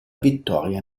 vittoria